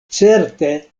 certe